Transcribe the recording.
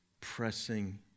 pressing